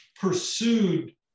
pursued